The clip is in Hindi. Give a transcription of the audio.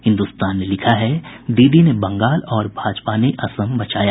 हिन्द्रस्तान ने लिखा है दीदी ने बंगाल और भाजपा ने असम बचाया